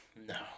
No